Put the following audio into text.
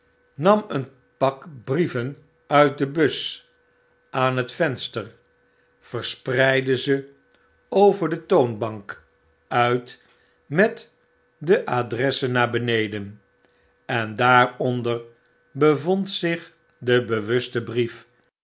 nam een pak brieven uit de bus aan het venster spreidde ze over de toonbank nit met de adressen naar beneden en daaronder bevond zich de bewuste brief